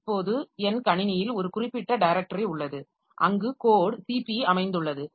இப்போது என் கணினியில் ஒரு குறிப்பிட்ட டைரக்டரி உள்ளது அங்கு கோட் cp அமைந்துள்ளது